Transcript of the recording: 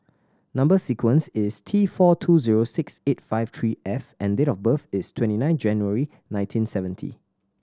number sequence is T four two zero six eight five three F and date of birth is twenty nine January nineteen seventy